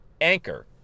anchor